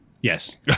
Yes